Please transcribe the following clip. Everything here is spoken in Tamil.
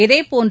இதேபோன்று